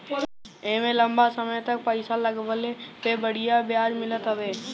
एमे लंबा समय तक पईसा लगवले पे बढ़िया ब्याज मिलत हवे